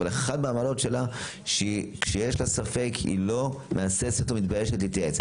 אבל אחת מהמעלות שלה שהיא כשיש לה ספק היא לא מהססת ומתביישת להתייעץ.